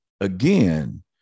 again